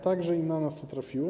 Także na nas to trafiło.